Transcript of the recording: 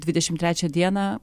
dvidešimt trečią dieną